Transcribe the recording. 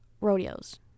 rodeos